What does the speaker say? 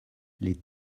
les